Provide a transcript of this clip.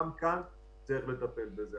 גם כאן צריך לטפל בזה.